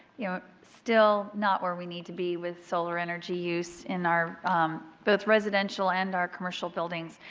you know, still not where we need to be with solar energy use in our both residential and our commercial buildings,